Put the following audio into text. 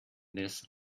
this